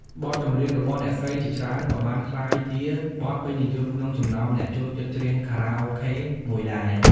បទចម្រៀងរបស់អ្នកស្រីជាច្រើនក៏បានក្លាយជាបទពេញនិយមក្នុងចំណោមអ្នកចូលចិត្ចច្រៀងខារ៉ាអូខេមួយដែរ។